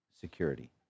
security